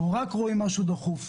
או רק רואים משהו דחוף,